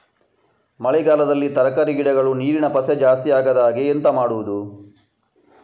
ಮಳೆಗಾಲದಲ್ಲಿ ತರಕಾರಿ ಗಿಡಗಳು ನೀರಿನ ಪಸೆ ಜಾಸ್ತಿ ಆಗದಹಾಗೆ ಎಂತ ಮಾಡುದು?